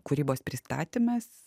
kūrybos pristatymas